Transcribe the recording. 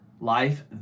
life